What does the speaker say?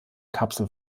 kapsel